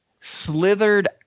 slithered